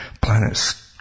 planets